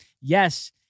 Yes